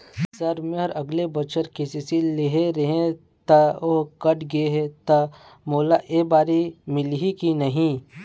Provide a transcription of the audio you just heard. Sir मेहर अगले बछर के.सी.सी लेहे रहें ता ओहर कट गे हे ता मोला एबारी मिलही की नहीं?